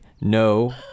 no